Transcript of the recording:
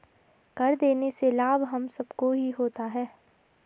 कर देने से लाभ हम सबको ही होता है